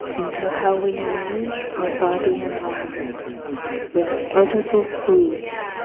into how we nourish our body and mind with edible foods,